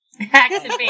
Activate